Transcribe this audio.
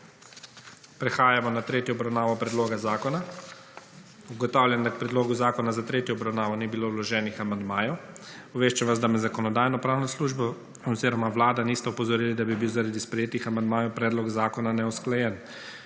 Prehajamo na tretjo obravnavo predloga zakona. Ugotavljam, da je k predlogu zakona za tretjo obravnavo ni bilo vloženih amandmajev. Obveščam vas, da me Zakonodajno-pravna služba oziroma Vlada nista opozorili, da bi bil, zaradi sprejetih amandmajev predlog zakona neusklajen.